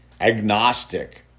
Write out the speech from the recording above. agnostic